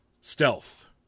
Stealth